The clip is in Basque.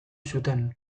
zuten